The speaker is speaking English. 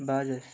Bajaj